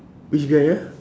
which guy ah